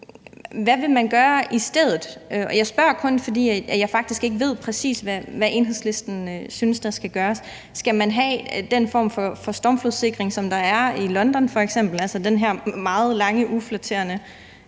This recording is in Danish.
hvad vil man så gøre i stedet? Jeg spørger kun, fordi jeg faktisk ikke præcis ved, hvad Enhedslisten synes der skal gøres. Skal man have den form for stormflodssikring, som der er i London f.eks., altså den her meget lange ikke